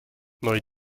neu